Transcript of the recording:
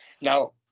Now